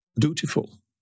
dutiful